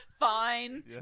Fine